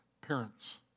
parents